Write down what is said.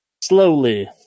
slowly